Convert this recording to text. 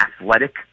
athletic